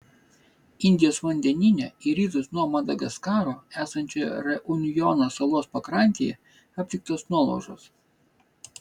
indijos vandenyne į rytus nuo madagaskaro esančioje reunjono salos pakrantėje aptiktos nuolaužos